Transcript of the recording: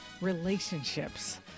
relationships